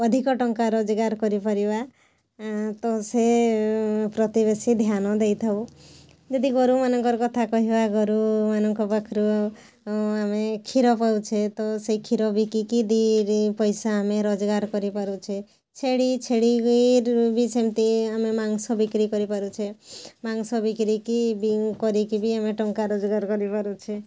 ଅଧିକ ଟଙ୍କା ରୋଜଗାର କରିପାରିବା ତ ସେ ପ୍ରତି ବେଶୀ ଧ୍ୟାନ ଦେଇଥାଉ ଯଦି ଗୋରୁମାନକର କଥା କହିବା ଗୋରୁମାନଙ୍କ ପାଖରୁ ଆମେ କ୍ଷୀର ପାଉଛେ ତ ସେଇ କ୍ଷୀର ବିକିକି ଦି ରି ପଇସା ଆମେ ରୋଜଗାର କରିପାରୁଛେ ଛେଳି ଛେଳି ଗିର ବି ସେମତି ଆମେ ମାଂସ ବିକ୍ରି କରିପାରୁଛେ ମାଂସ ବିକ୍ରିକି ବି କରିକି ବି ଆମେ ଟଙ୍କା ରୋଜଗାର କରିପାରୁଛେ